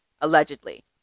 allegedly